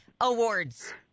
Awards